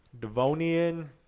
Devonian